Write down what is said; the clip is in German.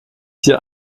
dir